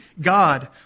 God